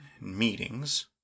Meetings